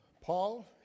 Paul